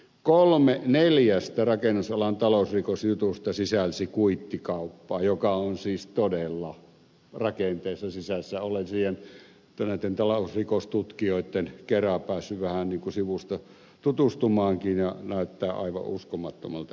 kolme neljästä rakennusalan talousrikosjutusta sisälsi kuittikauppaa joka on siis todella rakenteissa sisässä olen siihen näitten talousrikostutkijoitten kera päässyt vähän ikään kuin sivusta tutustumaankin ja se näyttää aivan uskomattomalta ilmiöltä